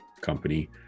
company